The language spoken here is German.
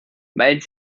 mein